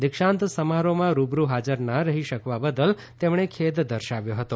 દિક્ષાંત સમારોહમાં રૂબરૂ હાજર ના રહી શકવા બદલ તેમણે ખેદ દર્શાવ્યો હતો